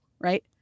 right